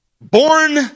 born